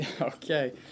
Okay